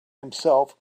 himself